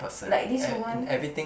like this woman